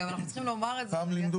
גם אנחנו צריכים לומר את זה.